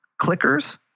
clickers